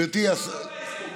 סרטון בפייסבוק.